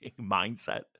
mindset